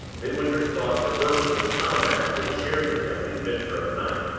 midwinter's thoughts reverted to the comrade who had shared with him the adventure of the night.